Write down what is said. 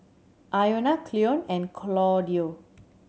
Iona Cleon and Claudio